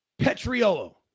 Petriolo